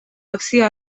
akzio